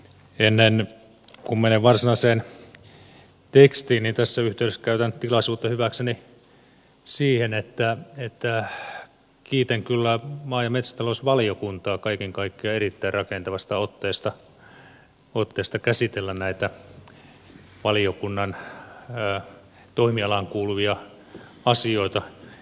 ennen kuin menen varsinaiseen tekstiin tässä yhteydessä käytän tilaisuutta hyväkseni niin että kiitän kyllä maa ja metsätalousvaliokuntaa kaiken kaikkiaan erittäin rakentavasta otteesta käsitellä näitä valiokunnan toimialaan kuuluvia asioita